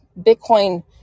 Bitcoin